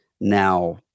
now